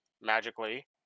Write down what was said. magically